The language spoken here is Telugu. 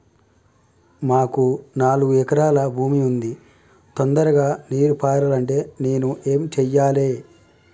మాకు నాలుగు ఎకరాల భూమి ఉంది, తొందరగా నీరు పారాలంటే నేను ఏం చెయ్యాలే?